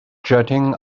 jetting